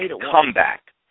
comeback